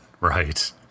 Right